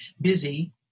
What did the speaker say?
busy